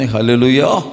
Hallelujah